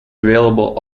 available